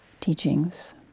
teachings